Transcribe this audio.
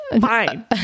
Fine